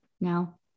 now